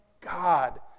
God